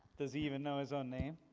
does he even know his own name?